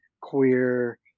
queer